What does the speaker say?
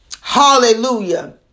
Hallelujah